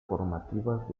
formativas